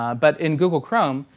but in google chrome,